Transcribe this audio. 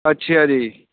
ਅੱਛਾ ਜੀ